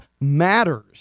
matters